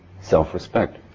self-respect